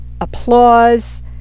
applause